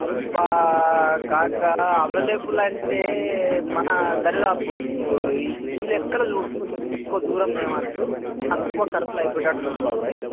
అబ్బా కాకా అవైలబుల్ అంటే మన దరిదాపు ఈ లెక్కలో చూడు ఎక్కువ దూరమేం వద్దు తక్కువ ఖర్చులో అయ్యిపోయేటట్టు చూడు బాబాయ్